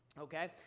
okay